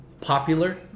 popular